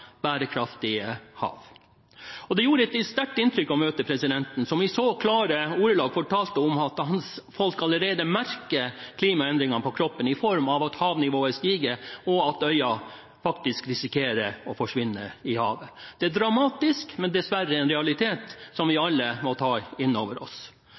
«bærekraftige hav». Det gjorde et sterkt inntrykk å møte presidenten, som i så klare ordelag fortalte at hans folk allerede merker klimaendringene på kroppen i form av at havnivået stiger, og at øya faktisk risikerer å forsvinne i havet. Det er dramatisk, men det er dessverre en realitet som vi alle må ta inn over oss.